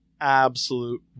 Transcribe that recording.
absolute